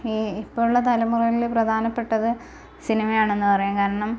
ഈ ഇപ്പോൾ ഉള്ള തലമുറയില് പ്രധാനപ്പെട്ടത് സിനിമയാണെന്ന് പറയാം കാരണം